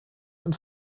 und